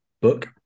book